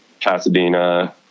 Pasadena